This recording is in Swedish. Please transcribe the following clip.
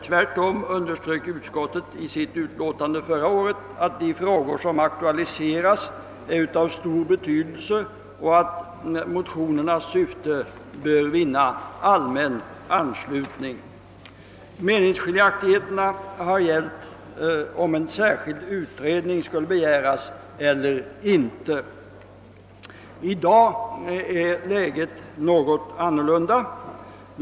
Tvärtom underströk konstitutionsutskottet i sitt utlåtande föregående år att de frågor som aktualiseras är av stor betydelse och att motionernas syfte bör vinna allmän anslutning. Meningsskiljaktigheterna har gällt om en särskild utredning skall begäras eller inte. I dag är läget något annorlunda än föregående år.